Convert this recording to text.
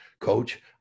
Coach